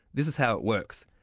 this is how it works.